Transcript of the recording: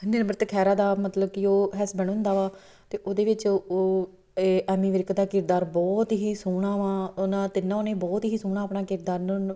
ਨਿਮਰਤ ਖਹਿਰਾ ਦਾ ਮਤਲਬ ਕਿ ਉਹ ਹਸਬੈਂਡ ਹੁੰਦਾ ਵਾ ਅਤੇ ਉਹਦੇ ਵਿੱਚ ਉਹ ਉਹ ਐਮੀ ਵਿਰਕ ਦਾ ਕਿਰਦਾਰ ਬਹੁਤ ਹੀ ਸੋਹਣਾ ਵਾ ਉਹਨਾਂ ਤਿੰਨਾਂ ਨੇ ਬਹੁਤ ਹੀ ਸੋਹਣਾ ਆਪਣਾ ਕਿਰਦਾਰ ਨ ਨ